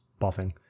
buffing